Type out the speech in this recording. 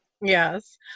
Yes